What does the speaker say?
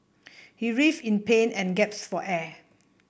he writhed in pain and gasped for air